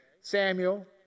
samuel